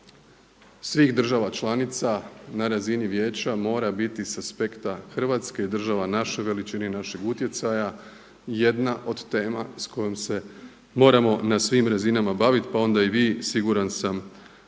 svih država članica na razini Vijeća, mora biti sa aspekta Hrvatske i država naše veličine i našeg utjecaja jedna od tema s kojom se moramo na svim razinama baviti pa onda i vi siguran sam